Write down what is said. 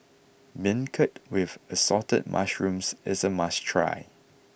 Beancurd with Assorted Mushrooms is a must try